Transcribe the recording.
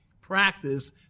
practice